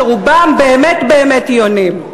שרובם באמת-באמת יונים.